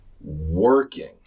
working